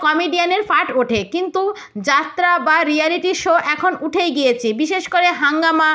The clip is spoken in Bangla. কমেডিয়ানের পাঠ ওঠে কিন্তু যাত্রা বা রিয়ালিটি শো এখন উঠেই গিয়েছে বিশেষ করে হাঙ্গামা